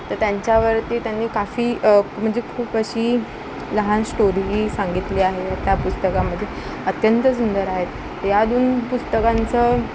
तर त्यांच्यावरती त्यांनी काफी म्हणजे खूप अशी लहान स्टोरी सांगितली आहे त्या पुस्तकामधे अत्यंत सुंदर आहेत या दोन पुस्तकांचं